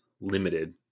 limited